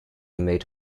made